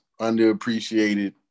underappreciated